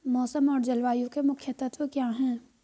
मौसम और जलवायु के मुख्य तत्व क्या हैं?